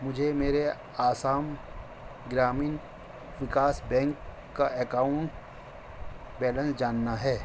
مجھے میرے آسام گرامین وکاس بینک کا اکاؤنٹ بیلنس جاننا ہے